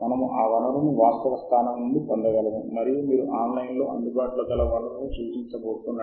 మనము ఈ ఫలితాలను అర్ధవంతమైన పద్ధతిలో క్రమబద్ధీకరించాలి తద్వారా మనాకి అవసరమైన ఫలితాలను గుర్తించగలము